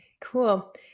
Cool